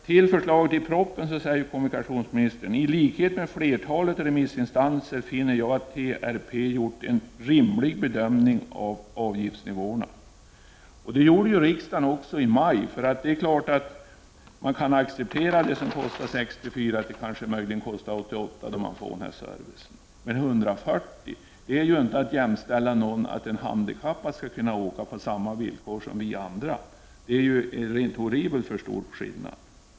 Till förslaget i propositionen säger kommunikationsministern: I likhet med flertalet remissinstanser finner jag att TRP gjort en rimlig bedömning av avgiftsnivåerna. Det gjorde riksdagen också i maj. Det är klart att man kan acceptera att det som tidigare kostat 64 kr. möjligen kan kosta 88, då man får den här servicen. Men 140 kr.! Det är ju inte att jämställa med att en handikappad skall kunna åka på samma villkor som andra. Det är en horribelt för stor skillnad.